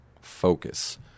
Focus